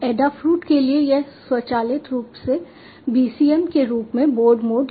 Adafruit के लिए यह स्वचालित रूप से BCM के रूप में बोर्ड मोड लेता है